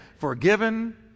forgiven